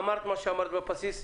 אמרת מה שאמרת בבסיס,